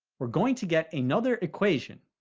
we're going to get another equation.